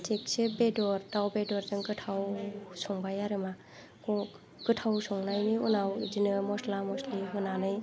थिगसे बेदर दाउ बेदरजों गोथाव संबाय आरोमा गोथाव संनायनि उनाव बिदिनो मस्ला मस्लि होनानै